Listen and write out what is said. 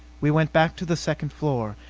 we went back to the second floor.